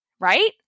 right